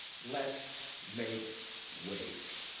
let's make waves.